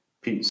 Peace